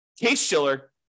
Case-Shiller